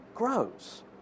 grows